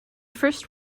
first